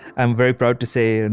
i'm very proud to say, and